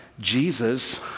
Jesus